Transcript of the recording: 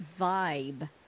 vibe